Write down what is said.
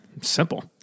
Simple